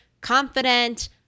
confident